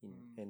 mm